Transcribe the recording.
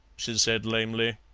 she said lamely.